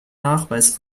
nachweis